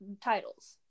titles